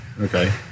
Okay